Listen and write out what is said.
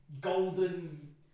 golden